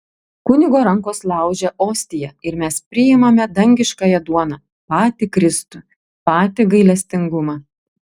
kunigo rankos laužia ostiją ir mes priimame dangiškąją duoną patį kristų patį gailestingumą